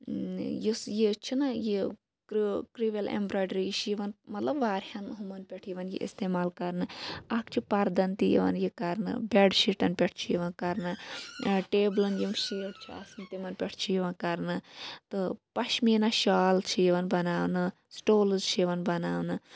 یُس یہِ چھُ نہَ یہِ کروَل ایٚمبراوڈری یہِ چھِ یِوان مَطلَب واریاہَن ہُمَن پٮ۪ٹھ یِوان یہِ اِستمال کَرنہٕ اکھ چھُ پَردَن تہِ یِوان یہِ کَرنہٕ بیٚڈ شیٖٹَن پٮ۪ٹھ چھ یِوان کَرنہٕ ٹیبلَن یِم شیٖٹ چھِ آسان تِمَن پٮ۪ٹھ چھ یِوان کَرنہٕ تہٕ پَشمیٖنا شال چھ یِوان بَناونہٕ سٹولز چھِ یِوان بَناونہٕ